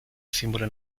símbolo